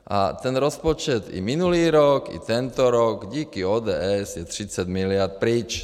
A ten rozpočet i minulý rok, i tento rok, díky ODS je třicet miliard pryč.